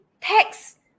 text